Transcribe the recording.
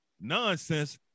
nonsense